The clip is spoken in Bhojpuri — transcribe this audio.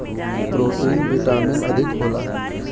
प्रोटीन विटामिन अधिक होला